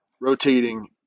rotating